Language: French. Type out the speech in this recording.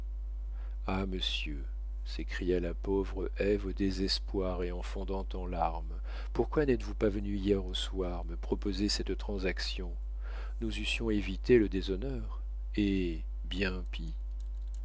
ah monsieur s'écria la pauvre ève au désespoir et en fondant en larmes pourquoi n'êtes-vous pas venu hier au soir me proposer cette transaction nous eussions évité le déshonneur et bien pis